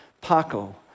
Paco